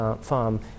farm